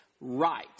right